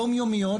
יום יומיות,